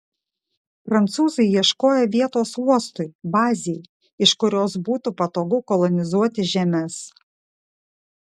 prancūzai ieškojo vietos uostui bazei iš kurios būtų patogu kolonizuoti žemes